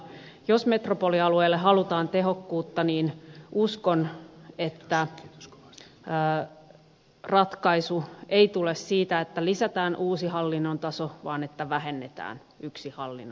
jos metropolialueelle halutaan tehokkuutta niin uskon että ratkaisu ei tule siitä että lisätään uusi hallinnon taso vaan siitä että vähennetään yksi hallinnon taso